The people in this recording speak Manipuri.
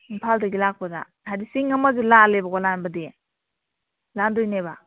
ꯏꯝꯐꯥꯜꯗꯒꯤ ꯂꯥꯛꯄꯗ ꯍꯥꯏꯗꯤ ꯆꯤꯡ ꯑꯃꯁꯨ ꯂꯥꯜꯂꯦꯕꯀꯣ ꯂꯥꯟꯕꯗꯤ ꯂꯥꯟꯗꯣꯏꯅꯦꯕ